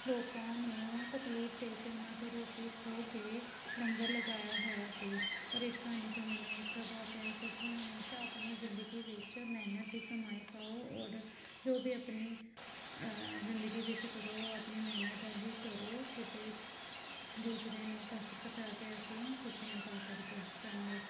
ਲੋਕਾਂ ਨੂੰ ਤਕਲੀਫ਼ ਦੇ ਕੇ ਉਹਨਾਂ ਤੋਂ ਰੋਟੀ ਖੋਹ ਕੇ ਲੰਗਰ ਲਗਾਇਆ ਹੋਇਆ ਸੀ ਔਰ ਇਸ ਕਹਾਣੀ ਤੋਂ ਮੈਨੂੰ ਇਹ ਪ੍ਰਭਾਵ ਪਿਆ ਸੀ ਕਿ ਹਮੇਸ਼ਾ ਆਪਣੀ ਜ਼ਿੰਦਗੀ ਵਿੱਚ ਮਿਹਨਤ ਦੀ ਕਮਾਈ ਖਾਓ ਔਰ ਜੋ ਵੀ ਆਪਣੇ ਜ਼ਿੰਦਗੀ ਵਿੱਚ ਕਰੋ ਆਪਣੀ ਮਿਹਨਤ ਦਾ ਹੀ ਕਰੋ ਕਿਸੇ ਦੂਸਰੇ ਨੂੰ ਕਸ਼ਟ ਪਹੁੰਚਾ ਕੇ ਅਸੀਂ ਸੁੱਖ ਨਹੀਂ ਪਾ ਸਕਦੇ ਧੰਨਵਾਦ